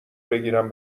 بگیرم